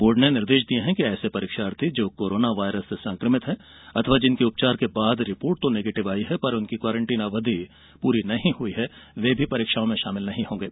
board ने निर्देश दिये हैं कि ऐसे परीक्षार्थी जो कोरोना वायरस से संक्रमित हैं अथवा जिनकी उपचार के बाद रिपोर्ट नेगेटिव आई है और उनकी क्वारंटीन अवधि पूरी नहीं हुई है वे परीक्षाओं में शामिल नहीं होंगे